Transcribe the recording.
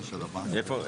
איפה?